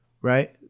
right